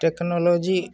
technology